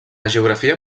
geografia